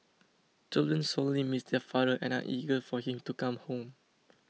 children sorely miss their father and are eager for him to come home